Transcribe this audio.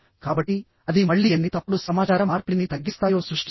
కాబట్టి అది మళ్ళీ ఎన్ని తప్పుడు సమాచార మార్పిడిని తగ్గిస్తాయో సృష్టిస్తుంది